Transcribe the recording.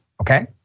okay